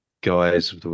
guys